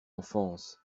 enfance